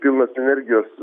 pilnas energijos